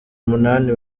umunani